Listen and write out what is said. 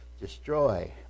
destroy